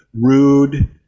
rude